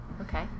Okay